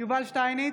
יובל שטייניץ,